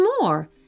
more